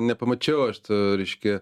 nepamačiau aš ta reiškia